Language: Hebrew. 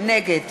נגד